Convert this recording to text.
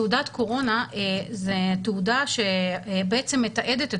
תעודת קורונה זה תעודה שבעצם מתעדת את